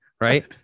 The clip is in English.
right